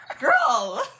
Girl